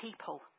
people